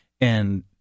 And-